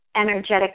energetic